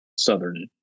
southern